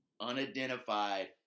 unidentified